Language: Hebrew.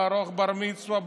לערוך בר-מצווה,